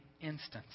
instance